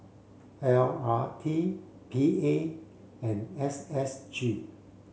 L R T P A and S S G